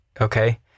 okay